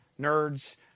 nerds